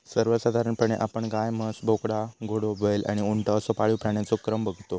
सर्वसाधारणपणे आपण गाय, म्हस, बोकडा, घोडो, बैल आणि उंट असो पाळीव प्राण्यांचो क्रम बगतो